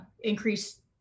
increase